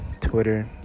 Twitter